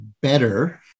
Better